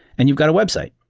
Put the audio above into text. and you've got a website,